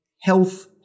health